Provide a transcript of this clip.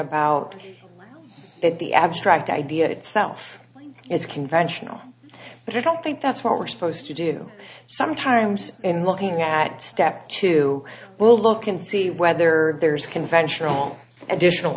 about the abstract idea itself is conventional but i don't think that's what we're supposed to do sometimes in looking at step two we'll look and see whether there's conventional additional